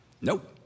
Nope